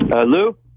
Lou